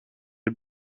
les